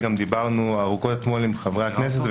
וגם דיברנו ארוכות אתמול עם חברי הכנסת.